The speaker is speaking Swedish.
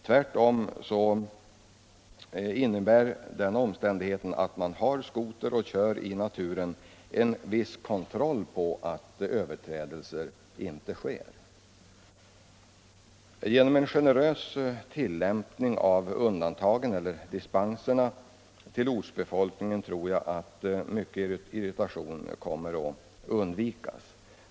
Tvärtom innebär den omständigheten att de har skotrar att köra med en viss kontroll på att överträdelser inte sker. Genom en generös dispensgivning till ortsbefolkningen tror jag att mycken irritation kan undvikas.